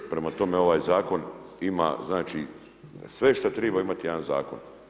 Prema tome, ovaj Zakon ima znači, sve šta treba imati jedan zakon.